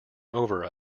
over